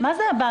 מה זה "הבנקים"?